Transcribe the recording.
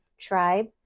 tribe